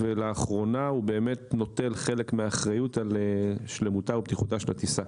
ולאחרונה הוא באמת נוטל חלק מהאחריות על שלמותה ובטיחותה של הטיסה.